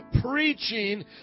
preaching